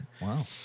Wow